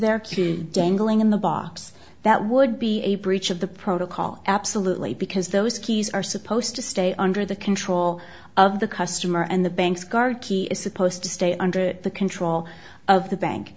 their kid dangling in the box that would be a breach of the protocol absolutely because those keys are supposed to stay under the control of the customer and the bank's guard key is supposed to stay under the control of the bank